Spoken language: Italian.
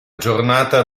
giornata